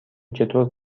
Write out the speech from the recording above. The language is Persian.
چطور